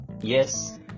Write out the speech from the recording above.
Yes